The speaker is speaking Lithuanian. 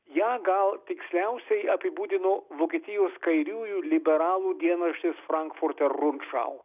ją gal tiksliausiai apibūdino vokietijos kairiųjų liberalų dienraštis frankfurter rundschau